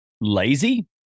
lazy